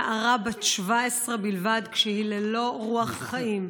נערה בת 17 בלבד, כשהיא ללא רוח חיים.